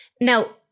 Now